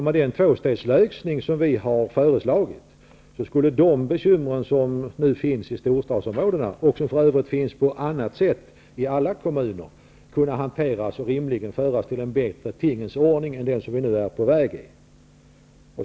Med den tvåstegslösning som vi har föreslagit skulle de bekymmer som nu finns i storstadsområdena, och som för övrigt finns på annat sätt i alla kommuner, kunna hanteras och rimligen föras till en bättre tingens ordning än den som vi nu är på väg in i.